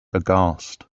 aghast